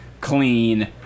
clean